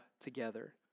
together